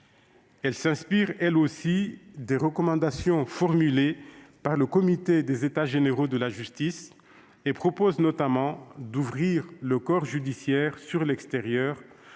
Elle s'inspire elle aussi des recommandations formulées par le comité des États généraux de la justice et prévoit notamment d'ouvrir le corps judiciaire sur l'extérieur,